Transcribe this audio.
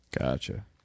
Gotcha